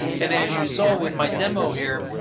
and as you saw with my demo here,